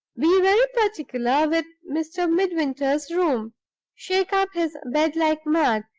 be very particular with mr. midwinter's room shake up his bed like mad,